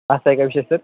असा आहे का विषय सर